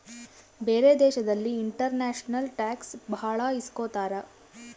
ಬೇರೆ ದೇಶದಲ್ಲಿ international tax ಭಾಳ ಇಸ್ಕೊತಾರ